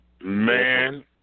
Man